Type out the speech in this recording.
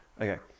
okay